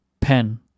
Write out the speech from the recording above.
pen